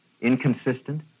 inconsistent